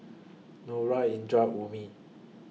Nura Indra Ummi